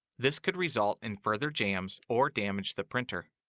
this could result in further jams or damage the printer.